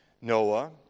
Noah